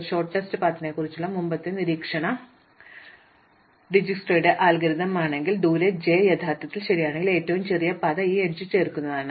ഹ്രസ്വമായ പാതകളെക്കുറിച്ചുള്ള ഞങ്ങളുടെ മുമ്പത്തെ നിരീക്ഷണം ഇതിനർത്ഥം യഥാർത്ഥത്തിൽ ഡിജ്സ്ക്രയുടെ അൽഗോരിതം ആണെങ്കിൽ ദൂരം j യഥാർത്ഥത്തിൽ ശരിയാണെങ്കിൽ ഏറ്റവും ചെറിയ പാത ഇപ്പോൾ ഈ എഡ്ജ് ചേർക്കുന്നതാണ്